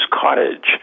Cottage